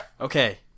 Okay